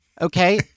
okay